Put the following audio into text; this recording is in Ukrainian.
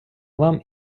вам